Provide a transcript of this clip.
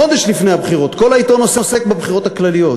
חודש לפני הבחירות כל העיתון עוסק בבחירות הכלליות,